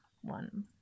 one